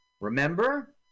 Remember